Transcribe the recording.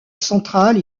centrale